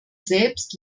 selbst